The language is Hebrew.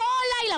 כל לילה,